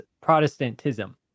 Protestantism